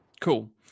Cool